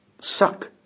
Suck